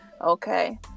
Okay